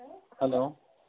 hello